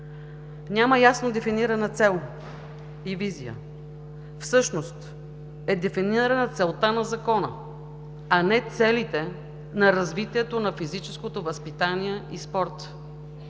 Няма ясно дефинирана цел и визия. Всъщност е дефинирана целта на Закона, а не целите на развитието на физическото възпитание и спорта,